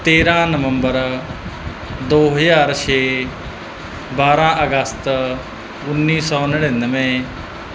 ਤੇਰ੍ਹਾਂ ਨਵੰਬਰ ਦੋ ਹਜ਼ਾਰ ਛੇ ਬਾਰਾਂ ਅਗਸਤ ਉੱਨੀ ਸੌ ਨੜ੍ਹਿਨਵੇਂ